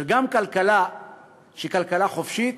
של כלכלה שהיא כלכלה חופשית,